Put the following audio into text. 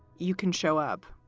you can show up.